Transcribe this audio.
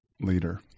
leader